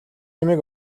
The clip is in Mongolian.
юмыг